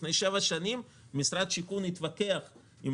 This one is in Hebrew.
לפני שבע שנים משרד הבינוי והשיכון התווכח עם